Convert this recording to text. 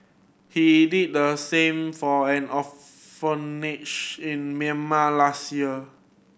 he did the same for an orphanage in Myanmar last year